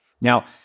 Now